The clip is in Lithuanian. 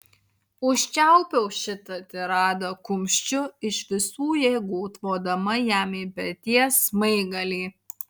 užčiaupiau šitą tiradą kumščiu iš visų jėgų tvodama jam į peties smaigalį